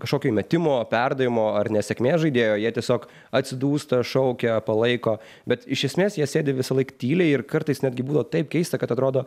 kažkokio įmetimo perdavimo ar nesėkmės žaidėjo jie tiesiog atsidūsta šaukia palaiko bet iš esmės jie sėdi visąlaik tyliai ir kartais netgi buvo taip keista kad atrodo